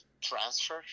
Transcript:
transfer